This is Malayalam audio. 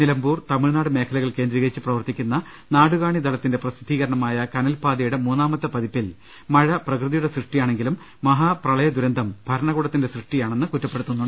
നിലമ്പൂർ തമിഴ്നാട് മേഖലകൾ കേന്ദ്രീകരിച്ച് പ്രവർത്തിക്കുന്ന നാടുകാണി ദളത്തിന്റെ പ്രസിദ്ധീകര ണമായ കനൽപ്പാത യുടെ മൂന്നാമത്തെ പതിപ്പിൽ മഴ പ്രകൃതിയുടെ സൃഷ്ടിയാണെങ്കിലും മഹാപ്രളയദുരന്തം ഭരണകൂടത്തിന്റെ സൃഷ്ടിയാണെന്ന് കുറ്റപ്പെടുത്തുന്നു